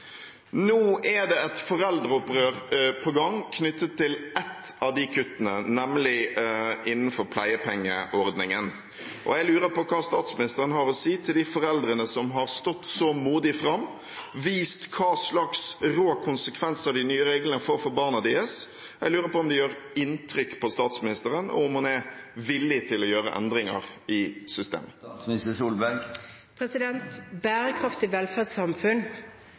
Nå er det et foreldreopprør på gang knyttet til ett av de kuttene, nemlig innenfor pleiepengeordningen. Jeg lurer på hva statsministeren har å si til de foreldrene som så modig har stått fram og vist hvilke rå konsekvenser de nye reglene får for barna deres. Jeg lurer på om det gjør inntrykk på statsministeren, og om hun er villig til å gjøre endringer i systemet. Et bærekraftig velferdssamfunn